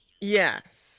Yes